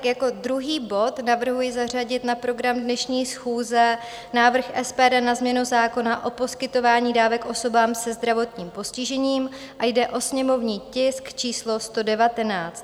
Jako druhý bod navrhuji zařadit na program dnešní schůze návrh SPD na změnu zákona o poskytování dávek osobám se zdravotním postižením a jde o sněmovní tisk číslo 119.